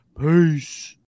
Peace